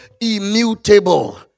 immutable